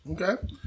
okay